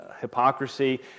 hypocrisy